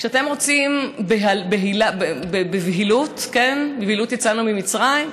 כשאתם רוצים בבהילות, בבהילות יצאנו ממצרים,